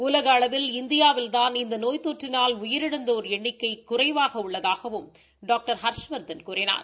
ஊலக அளவில் இந்தியாவில்தான் இந்த நோய் தொற்றினால் உயிரிழந்தோர் எண்ணிக்கை குறைவாக உள்ளதாகவும் டாக்டர் ஹர்ஷவர்தன் கூறினார்